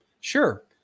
Sure